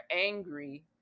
angry